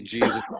Jesus